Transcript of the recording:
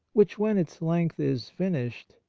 which, when its length is finished,